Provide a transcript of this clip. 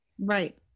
Right